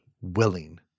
willing